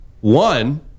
one